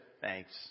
thanks